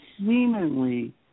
Seemingly